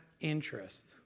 interest